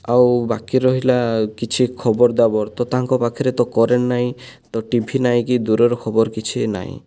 ଆଉ ବାକି ରହିଲା କିଛି ଖବର୍ ଦାବର୍ ତାଙ୍କ ପାଖରେ ତ କରେଣ୍ଟ ନାହିଁ କି ଟିଭି ନାହିଁ କି ଦୂରର ଖବର କିଛି ବି ନାଇଁ